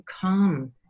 come